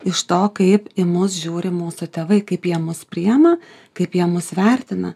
iš to kaip į mus žiūri mūsų tėvai kaip jie mus priima kaip jie mus vertina